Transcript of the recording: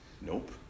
Nope